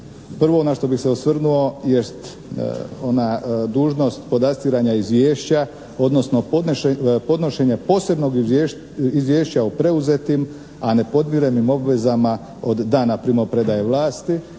Prvo na što bih se osvrnuo jest ona dužnost podastiranja izvješća, odnosno podnošenja posebnog izvješća o preuzetim a ne podmirenim obvezama od dana primopredaje vlasti.